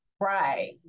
Right